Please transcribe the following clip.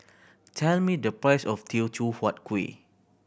tell me the price of Teochew Huat Kuih